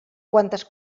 quantes